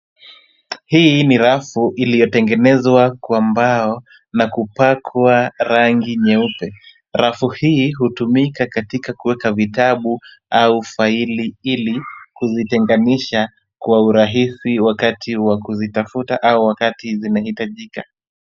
Hii ni rafu iliyotengenezwa kwa mbao na kupakwa rangi nyeupe. Rafu hii hutumika katika kuweka vitabu au faili ili kuzitengenisha kwa urahisi wakati wa kuzitafuta au wakati zinahitajika.